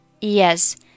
Yes